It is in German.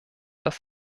das